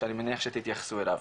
שאני מניח שתתייחסו אליו.